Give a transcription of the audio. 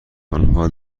آنها